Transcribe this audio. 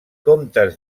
comptes